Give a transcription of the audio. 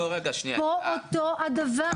פה אותו הדבר.